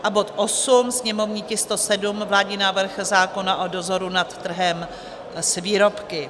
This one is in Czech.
a bod 8, sněmovní tisk 107, vládní návrh zákona o dozoru nad trhem s výrobky;